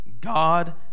God